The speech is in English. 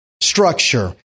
structure